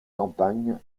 campagne